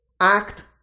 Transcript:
act